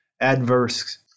adverse